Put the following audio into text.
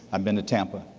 i've been to tampa.